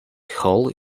hall